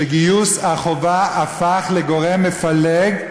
שגיוס החובה הפך לגורם מפלג,